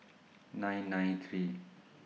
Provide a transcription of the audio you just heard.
nine nine three